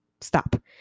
stop